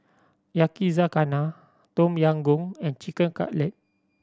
Yakizakana Tom Yam Goong and Chicken Cutlet